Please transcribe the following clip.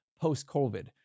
post-covid